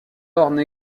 orne